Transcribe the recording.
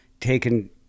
taken